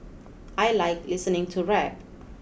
I like listening to rap